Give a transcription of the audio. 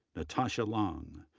natasha lang,